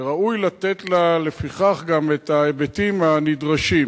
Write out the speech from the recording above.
וראוי לתת לה לפיכך גם את ההיבטים הנדרשים.